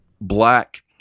black